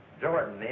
Jordan